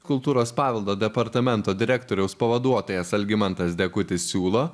kultūros paveldo departamento direktoriaus pavaduotojas algimantas degutis siūlo